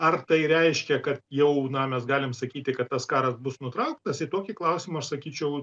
ar tai reiškia kad jau na mes galim sakyti kad tas karas bus nutrauktas į tokį klausimą aš sakyčiau